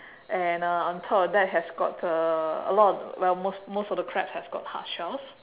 and uh on top of that has got uh a lot of well most most of the crabs has got hard shells